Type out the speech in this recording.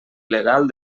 legal